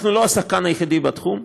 אנחנו לא השחקן היחידי בתחום.